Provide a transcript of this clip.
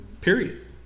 Period